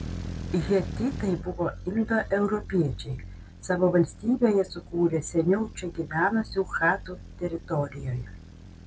hetitai buvo indoeuropiečiai savo valstybę jie sukūrė seniau čia gyvenusių chatų teritorijoje